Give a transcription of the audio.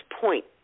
point